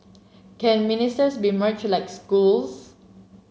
can ministers be merged like schools